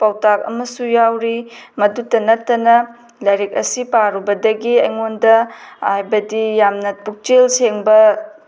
ꯄꯥꯎꯇꯥꯛ ꯑꯃꯁꯨ ꯌꯥꯎꯔꯤ ꯃꯗꯨꯇ ꯅꯠꯇꯅ ꯂꯥꯏꯔꯤꯛ ꯑꯁꯤ ꯄꯥꯔꯨꯕꯗꯒꯤ ꯑꯩꯉꯣꯟꯗ ꯍꯥꯏꯕꯗꯤ ꯌꯥꯝꯅ ꯄꯨꯛꯆꯦꯜ ꯁꯦꯡꯕ